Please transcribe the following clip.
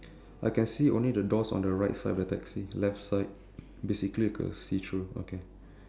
I can see only the doors on the right side of the taxi left side basically like a see through okay